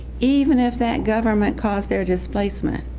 even if that government caused their displacement,